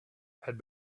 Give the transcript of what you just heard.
had